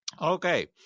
Okay